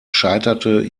scheiterte